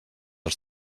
els